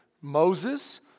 Moses